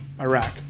Iraq